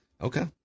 Okay